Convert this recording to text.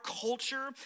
culture